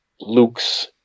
Luke's